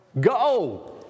Go